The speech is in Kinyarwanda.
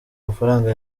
amafaranga